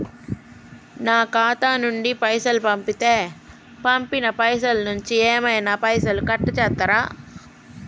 నా ఖాతా నుండి పైసలు పంపుతే పంపిన పైసల నుంచి ఏమైనా పైసలు కట్ చేత్తరా?